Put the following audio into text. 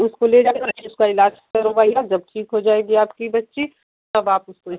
उसको लेजा कर और अच्छे से उसका इलाज करवाइए जब ठीक हो जाएगी आपकी बच्ची तब आप उसको